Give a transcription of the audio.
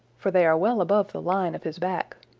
for they are well above the line of his back.